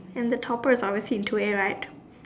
and the topper is obviously in two a right